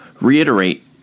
reiterate